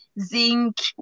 zinc